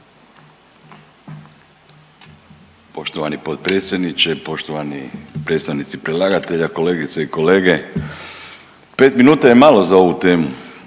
Poštovani potpredsjedniče. Poštovani predstavnici predlagatelja, kolegice i kolege. 5 minuta je malo za ovu temu